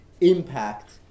impact